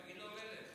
תגיד לו "מלך".